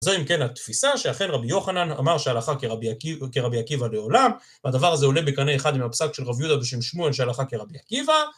זו אם כן התפיסה שאכן רבי יוחנן אמר שהלכה כרבי עקיבא לעולם, והדבר הזה עולה בקנה אחד עם הפסק של רב יהודה בשם שמואל שהלכה כרבי עקיבא.